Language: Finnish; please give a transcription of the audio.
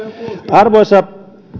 arvoisa